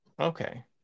Okay